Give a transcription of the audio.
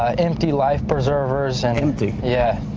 ah empty life preservers. and empty? yeah.